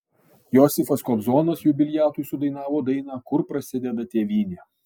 josifas kobzonas jubiliatui sudainavo dainą kur prasideda tėvynė